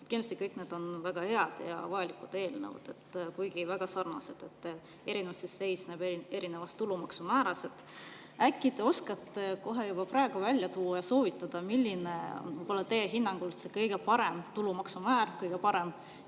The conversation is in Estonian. kõik need on väga head ja vajalikud eelnõud, kuigi väga sarnased – erinevus seisneb tulumaksumääras. Äkki te oskate kohe juba praegu välja tuua ja soovitada, milline on teie hinnangul see kõige parem tulumaksumäär, ja